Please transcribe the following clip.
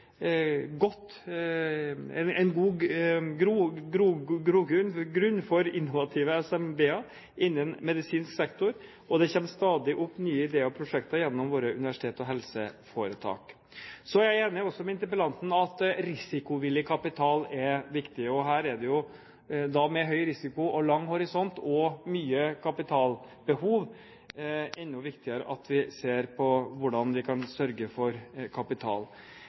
godt forskningsgrunnlag, det gir oss god statistikk og god oversikt. Vi har gode kompetanse- og forskningsmiljøer med nær tilkobling til våre offentlige helseinstitusjoner. Samtidig har vi fått en god grobunn for innovative SMB-er innen medisinsk sektor, og det kommer stadig opp nye ideer og prosjekter gjennom våre universiteter og helseforetak. Jeg er også enig med interpellanten i at risikovillig kapital er viktig, og her er det jo – med høy risiko og lang horisont og mye kapitalbehov